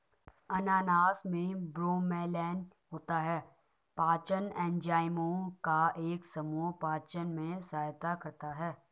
अनानास में ब्रोमेलैन होता है, पाचन एंजाइमों का एक समूह पाचन में सहायता करता है